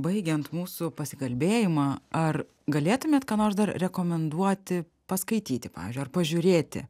baigiant mūsų pasikalbėjimą ar galėtumėt ką nors dar rekomenduoti paskaityti pavyzdžiui ar pažiūrėti